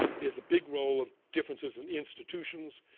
there's a big role of differences in institutions.